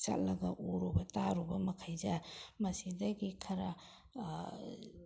ꯆꯠꯂꯒ ꯎꯔꯨꯕ ꯇꯥꯔꯨꯕ ꯃꯈꯩꯁꯦ ꯃꯁꯤꯗꯒꯤ ꯈꯔ